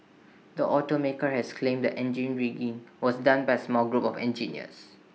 the automaker has claimed the engine rigging was done by small group of engineers